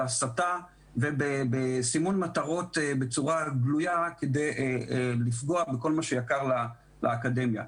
בהסתה ובסימון מטרות בצורה גלויה כדי לפגוע בכל מה שיקר לאקדמיה.